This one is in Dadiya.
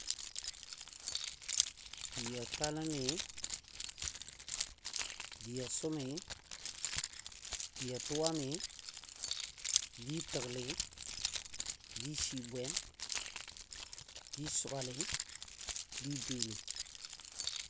Di a taləmi, di a sʊmi, di a twami, di təgli, di sibwe, di sugalɨ, di bɨlɨ.